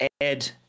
add